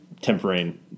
tempering